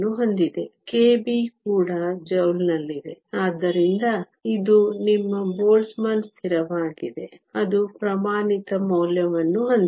K B ಕೂಡ ಜೌಲ್ನಲ್ಲಿದೆ ಆದ್ದರಿಂದ ಇದು ನಿಮ್ಮ ಬೋಲ್ಟ್ಜ್ಮನ್ ಸ್ಥಿರವಾಗಿದೆ ಅದು ಪ್ರಮಾಣಿತ ಮೌಲ್ಯವನ್ನು ಹೊಂದಿದೆ